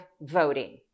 voting